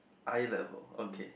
eye level okay